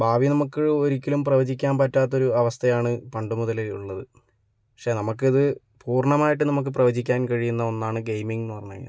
ഭാവി നമുക്ക് ഒരിക്കലും പ്രവചിക്കാൻ പറ്റാത്ത ഒരവസ്ഥയാണ് പണ്ട് മുതലേ ഇള്ളത് പക്ഷേ നമുക്കത് പൂർണമായിട്ടും നമുക്ക് പ്രവചിക്കാൻ കഴിയുന്ന ഒന്നാണ് ഗെയിമിങ്ങ്ന്ന് പറഞ്ഞു കഴിഞ്ഞാൽ